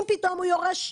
אם פתאום הוא יורש,